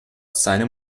seine